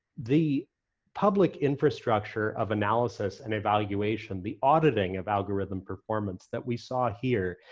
the public infrastructure of analysis and evaluation, the auditing of algorithm performance that we sought here,